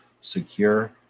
secure